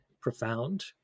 profound